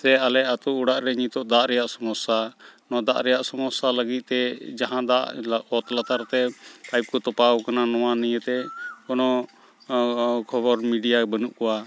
ᱥᱮ ᱟᱞᱮ ᱟᱛᱳᱼᱚᱲᱟᱜᱨᱮ ᱱᱤᱛᱚᱜ ᱫᱟᱜ ᱨᱮᱭᱟᱜ ᱥᱚᱢᱚᱥᱥᱟ ᱱᱚᱣᱟ ᱫᱟᱜ ᱨᱮᱭᱟᱜ ᱥᱚᱢᱚᱥᱥᱟ ᱞᱟᱹᱜᱤᱫᱛᱮ ᱡᱟᱦᱟᱸ ᱫᱟᱜ ᱚᱛ ᱞᱟᱛᱟᱨᱛᱮ ᱯᱟᱭᱤᱯᱠᱚ ᱛᱚᱯᱟᱣᱟᱠᱟᱱᱟ ᱱᱚᱣᱟ ᱱᱤᱭᱟᱹᱛᱮ ᱠᱳᱱᱳ ᱠᱷᱚᱵᱚᱨ ᱢᱤᱰᱤᱭᱟ ᱵᱟᱹᱱᱩᱜ ᱠᱚᱣᱟ